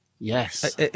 Yes